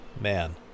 man